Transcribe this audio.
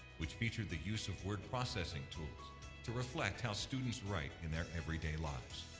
which featured the use of word processing tools to reflect how students write in their everyday lives.